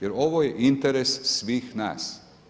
Jer ovo je interes svih nas.